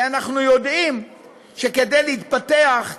כי אנחנו יודעים שכדי להתפתח,